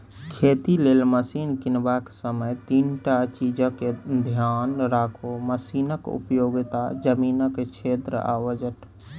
खेती लेल मशीन कीनबाक समय तीनटा चीजकेँ धेआन राखु मशीनक उपयोगिता, जमीनक क्षेत्र आ बजट